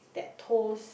that toast